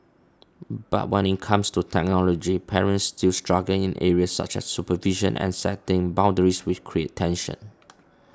but when it comes to technology parents still struggle in areas such as supervision and setting boundaries which creates tension